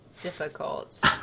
difficult